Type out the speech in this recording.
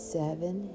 seven